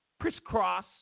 crisscross